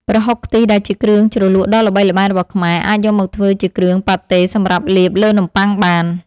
ប្រហុកខ្ទិះដែលជាគ្រឿងជ្រលក់ដ៏ល្បីល្បាញរបស់ខ្មែរអាចយកមកធ្វើជាគ្រឿងប៉ាតេសម្រាប់លាបលើនំប៉័ងបាន។